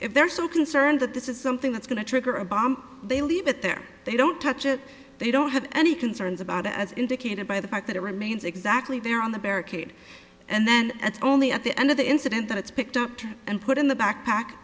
if they're so concerned that this is something that's going to trigger a bomb they leave it there they don't touch it they don't have any concerns about it as indicated by the fact that it remains exactly there on the barricade and then it's only at the end of the incident that it's picked up to and put in the backpack